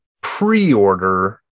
pre-order